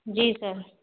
जी sir